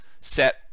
set